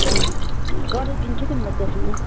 गरिदिन्छु नि म त्यसमै